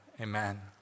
amen